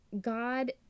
God